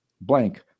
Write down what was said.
blank